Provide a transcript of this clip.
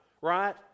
right